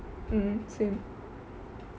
mm same